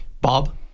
Bob